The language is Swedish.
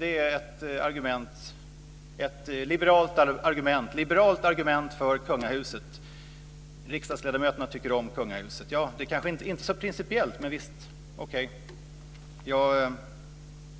Herr talman! Det är ett liberalt argument för kungahuset. Riksdagsledamöterna tycker om kungahuset. Det är kanske inte så principiellt, man